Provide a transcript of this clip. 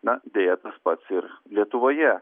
na deja tas pats ir lietuvoje